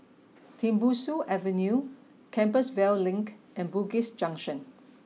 Tembusu Avenue Compassvale Link and Bugis Junction